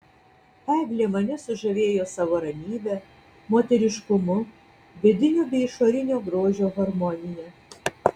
eglė mane sužavėjo savo ramybe moteriškumu vidinio bei išorinio grožio harmonija